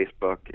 Facebook